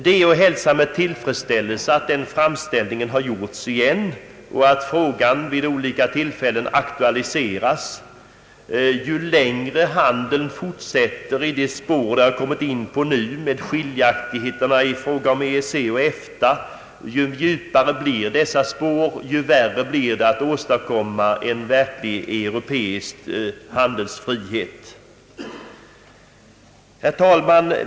Det är att hälsa med tillfredsställelse att en sådan framställning har gjorts igen och att frågan vid olika tillfällen aktualiserats. Ju längre handeln fortsätter i de spår den kommit in på nu, med skiljaktigheterna i fråga om EEC och EFTA, desto djupare blir dessa spår och desto svårare blir det att åstadkomma en verklig europeisk handelsfrihet. Herr talman!